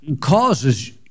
causes